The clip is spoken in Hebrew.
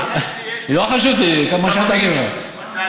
מצאתי אותה.